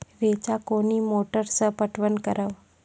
रेचा कोनी मोटर सऽ पटवन करव?